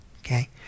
okay